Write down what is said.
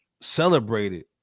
celebrated